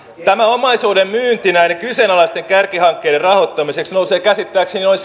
tämä omaisuuden myynti näiden kyseenalaisten kärkihankkeiden rahoittamiseksi nousee käsittääkseni noin